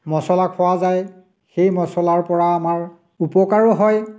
মচলা খোৱা যায় সেই মচলাৰ পৰা আমাৰ উপকাৰো হয়